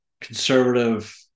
conservative